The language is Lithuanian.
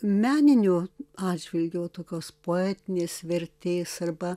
meniniu atžvilgiu o tokios poetinės vertės arba